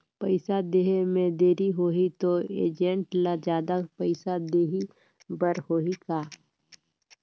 पइसा देहे मे देरी होही तो एजेंट ला जादा पइसा देही बर होही का?